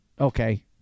okay